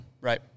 Right